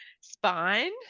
spine